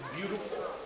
beautiful